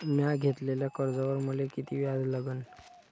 म्या घेतलेल्या कर्जावर मले किती व्याज लागन?